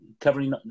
covering